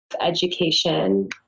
education